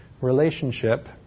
relationship